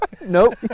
Nope